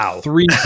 three